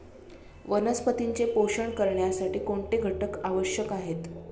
वनस्पतींचे पोषण करण्यासाठी कोणते घटक आवश्यक आहेत?